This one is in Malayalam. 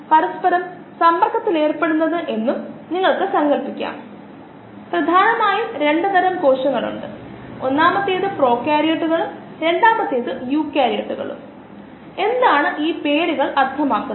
ഇതിനെ ലോജിസ്റ്റിക് സമവാക്യം എന്ന് വിളിക്കുന്നു അത് ചില സാഹചര്യങ്ങളിൽ സഹായകരമാണ് എവിടെ rx നൽകിയിരിക്കുന്നത് rxkx1 βx ഇവിടെ k ബീറ്റ എന്നിവ സിസ്റ്റം അനുസരിച്ച് മാറുന്ന മോഡൽ പാരാമീറ്ററുകളാണ് ഇത് x തുടക്കത്തിലെ കോശങ്ങളുടെ സാന്ദ്രതയ്ക്ക് തുല്യമായ അവസ്ഥയുമായി പോകുന്നു